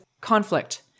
conflict –